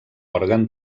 òrgan